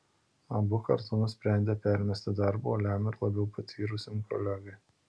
abu kartu nusprendė permesti darbą uoliam ir labiau patyrusiam kolegai